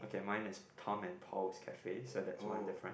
okay mine is Tom and Paul's Cafe so that's one difference